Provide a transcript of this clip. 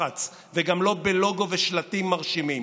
לא מאמין בסיסמאות מחץ וגם לא בלוגו ובשלטים מרשימים.